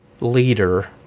leader